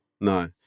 No